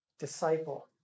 disciple